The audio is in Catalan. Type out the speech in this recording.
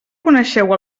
coneixeu